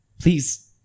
Please